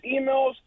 emails